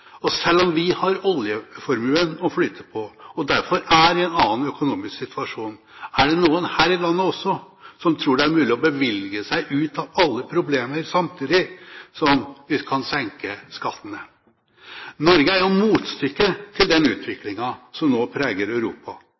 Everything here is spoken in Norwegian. og selv om vi har oljeformuen å flyte på og derfor er i en annen økonomisk situasjon, er det noen her i landet som også tror det er mulig å bevilge seg ut av alle problemer samtidig som vi kan senke skattene. Norge er jo motstykket til den utviklingen som nå preger Europa.